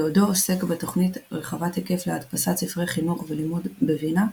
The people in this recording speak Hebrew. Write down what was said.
בעודו עוסק בתוכנית רחבת היקף להדפסת ספרי חינוך ולימוד בווינה,